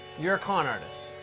you're a con artist.